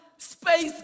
space